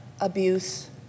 abuse